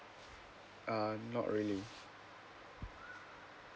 uh not really